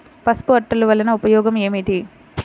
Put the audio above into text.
పసుపు అట్టలు వలన ఉపయోగం ఏమిటి?